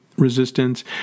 resistance